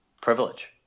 privilege